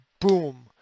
boom